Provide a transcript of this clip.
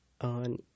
on